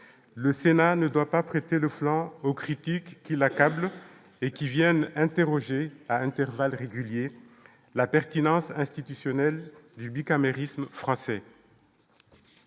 le Sénat ne doit pas prêter le flanc aux critiques qui l'accablent et qui viennent interroger à intervalles réguliers la pertinence du bicamérisme français.